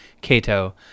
Cato